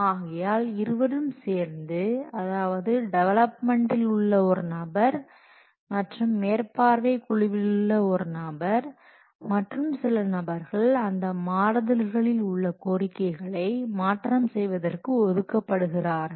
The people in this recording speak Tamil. ஆகையால் இருவரும் சேர்ந்து அதாவது டெவலப்மெண்டில் உள்ள ஒரு நபர் மற்றும் மேற்பார்வை குழுவிலுள்ள ஒரு நபர் மற்றும் சில நபர்கள் அந்த மாறுதல்களில் உள்ள கோரிக்கைகளை மாற்றம் செய்வதற்கு ஒதுக்கப்படுகிறார்கள்